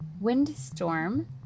windstorm